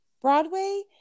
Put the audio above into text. Broadway